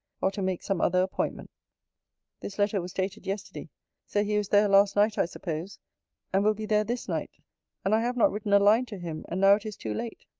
or to make some other appointment this letter was dated yesterday so he was there last night, i suppose and will be there this night and i have not written a line to him and now it is too late,